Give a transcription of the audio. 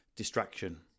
distraction